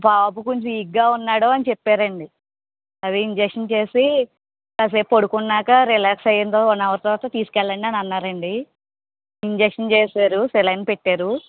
బాబు కొంచెం వీక్గా ఉన్నాడు అని చెప్పారండి అదే ఇంజెక్షన్ చేసి కాసేపు పడుకున్నాక రిలాక్స్ అయిన వన్ అవర్ తర్వాత తీసుకెళ్ళండి అని అన్నారండి ఇంజెక్షన్ చేశారు సెలైన్ పెట్టారు